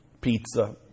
pizza